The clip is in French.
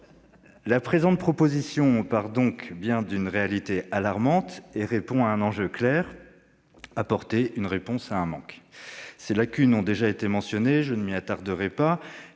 la présente proposition de loi est donc bien dû à une réalité alarmante et vise à faire face à un enjeu clair : apporter une réponse à un manque. Les lacunes ont déjà été mentionnées, je ne m'y attarderai pas.